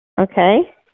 Okay